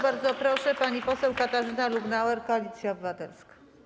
Bardzo proszę, pani poseł Katarzyna Lubnauer, Koalicja Obywatelska.